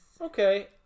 Okay